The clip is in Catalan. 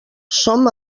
som